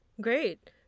Great